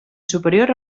superior